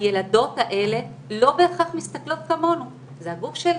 הילדות האלה לא בהכרח מסתכלות כמונו זה הגוף שלי,